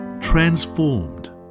transformed